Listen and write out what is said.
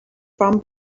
from